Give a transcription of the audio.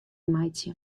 meitsje